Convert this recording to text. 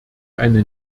eine